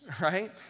right